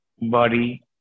body